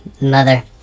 Mother